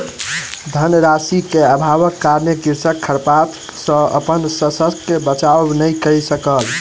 धन राशि के अभावक कारणेँ कृषक खरपात सॅ अपन शस्यक बचाव नै कय सकल